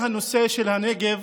הנושא של הנגב